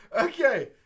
Okay